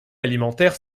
alimentaire